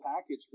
package